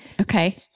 okay